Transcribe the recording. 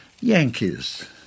Yankees